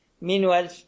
Meanwhile